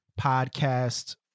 podcast